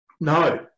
No